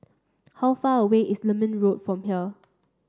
how far away is Lermit Road from here